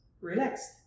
relaxed